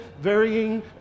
varying